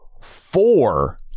four